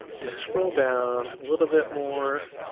i'm gonna scroll down a little bit more.